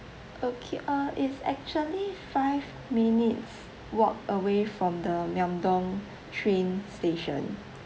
okay uh it's actually five minutes walk away from the myeongdong train station